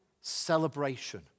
celebration